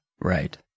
Right